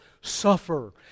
suffer